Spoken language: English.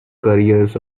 careers